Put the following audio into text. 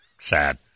sad